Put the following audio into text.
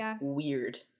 weird